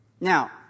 Now